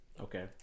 Okay